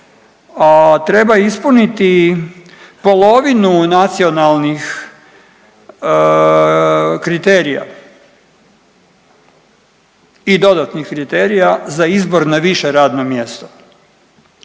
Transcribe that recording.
treba ispuniti polovinu nacionalnih kriterija i dodatnih kriterija za izbor na više radno mjesto.